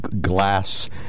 glass